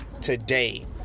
today